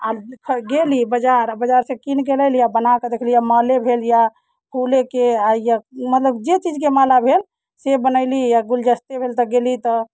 आ गेली बजार आ बजारसँ कीन कऽ लेली आ बना कऽ देखली आ माले भेल या फूलेके आ या मतलब जे चीजके माला भेल से बनयली या गुलदस्ते भेल तऽ गेली तऽ